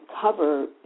cover